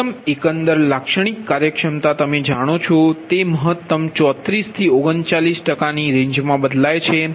મહત્તમ એકંદર લાક્ષણિક કાર્યક્ષમતા તમે જાણો છો તે મહત્તમ 34 થી 39 ટકાની રેન્જમાં બદલાય છે